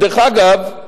דרך אגב,